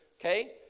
Okay